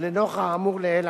לנוכח האמור לעיל,